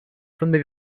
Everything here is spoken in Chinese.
分别